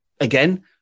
again